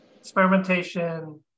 experimentation